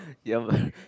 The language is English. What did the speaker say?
ya man